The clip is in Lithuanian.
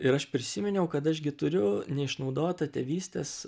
ir aš prisiminiau kad aš gi turiu neišnaudotą tėvystės